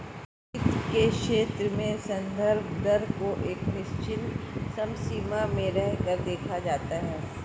वित्त के क्षेत्र में संदर्भ दर को एक निश्चित समसीमा में रहकर देखा जाता है